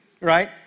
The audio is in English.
right